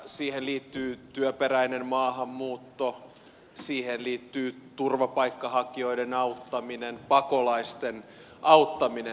siihen liittyy työperäinen maahanmuutto siihen liittyy turvapaikanhakijoiden auttaminen pakolaisten auttaminen